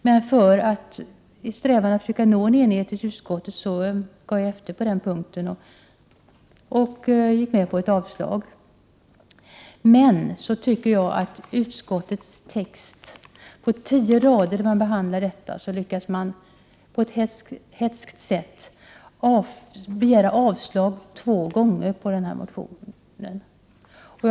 Men i min strävan att försöka nå enighet i utskottet gav jag efter på den punkten och gick med på ett avstyrkande. På tio rader i utskottets skrivning lyckas man dock på ett hätskt sätt yrka avslag två gånger på denna motion.